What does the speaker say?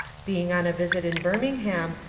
being on a visit in birmingham,